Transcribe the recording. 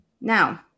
now